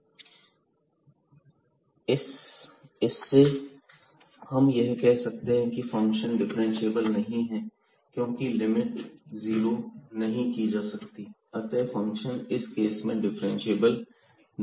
z dz ΔxΔyx2Δy2 Along the path yΔx z dz 12≠0 इससे हम यह कह सकते हैं कि फंक्शन डिफरेंशिएबल नहीं है क्योंकि लिमिट जीरो नहीं की जा सकती अतः फंक्शन इस केस में डिफरेंशिएबल नहीं है